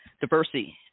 diversity